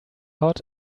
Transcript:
hot